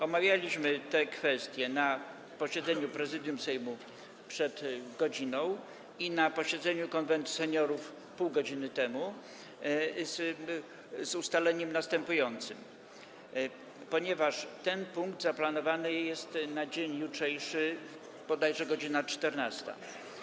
Omawialiśmy tę kwestię na posiedzeniu Prezydium Sejmu przed godziną i na posiedzeniu Konwentu Seniorów pół godziny temu z następującym ustaleniem: ten punkt zaplanowany jest na dzień jutrzejszy, bodajże na godz. 14.